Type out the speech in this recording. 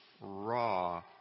raw